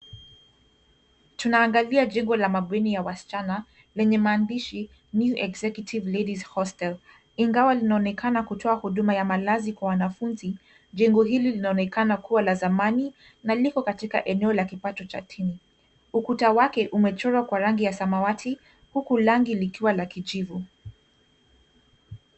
Tunaangazia jengo la mabweni ya wasichana lenye maandishi New Executive Ladies Hostel . Ingawa linaonekana kutoa huduma ya malazi kwa wanafunzi, jengo hili linaonekana kuwa la zamani na liko katika eneo la kipato cha chini. Ukuta wake umechorwa kwa rangi ya samawati huku lango likiwa la kijivu.